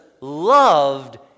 loved